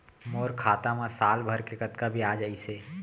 मोर खाता मा साल भर के कतका बियाज अइसे?